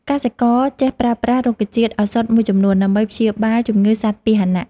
កសិករចេះប្រើប្រាស់រុក្ខជាតិឱសថមួយចំនួន ដើម្បីព្យាបាលជំងឺសត្វពាហនៈ។